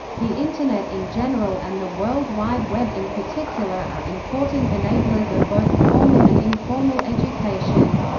the internet in general and the world wide web in particular are important enablers of both formal and informal education.